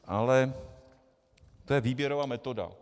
Ale to je výběrová metoda.